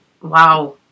Wow